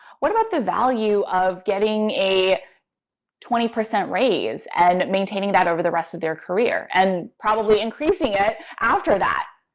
what about the value of getting a twenty percent raise and maintaining that over the rest of their career, and probably increasing it after that?